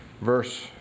verse